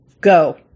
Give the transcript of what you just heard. go